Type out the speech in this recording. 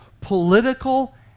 political